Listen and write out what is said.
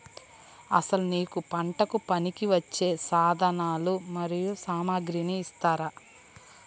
అసలు నాకు పంటకు పనికివచ్చే సాధనాలు మరియు సామగ్రిని ఇస్తారా?